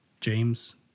James